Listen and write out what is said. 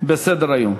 בסדר-היום.